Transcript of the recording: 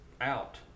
out